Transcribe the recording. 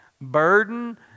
burden